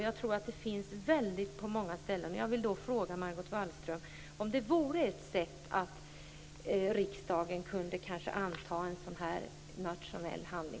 Jag tror att det finns många andra ställen.